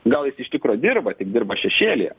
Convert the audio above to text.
gal jis iš tikro dirba tik dirba šešėlyje